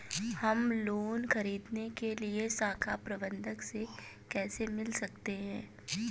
हम लोन ख़रीदने के लिए शाखा प्रबंधक से कैसे मिल सकते हैं?